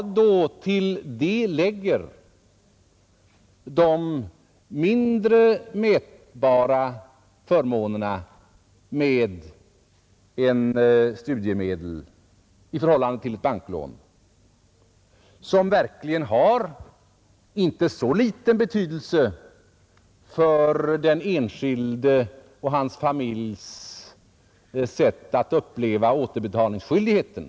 Men till detta lägger jag de mindre mätbara förmånerna med studiemedel i förhållande till ett banklån, förmåner som verkligen har en inte så liten betydelse för den enskildes och hans familjs sätt att uppleva återbetalningsskyldigheten.